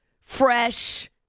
fresh